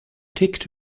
ticked